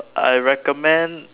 I recommend